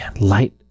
Light